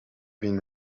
been